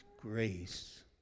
grace